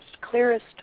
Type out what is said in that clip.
clearest